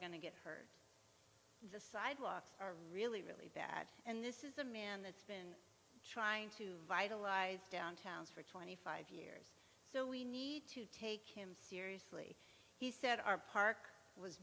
get the sidewalks are really really bad and this is a man that's been trying to vitalize downtowns for twenty five years so we need to take him seriously he said our park was